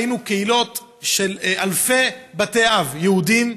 ראינו קהילות של אלפי בתי אב יהודיים,